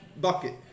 bucket